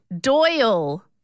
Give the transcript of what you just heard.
Doyle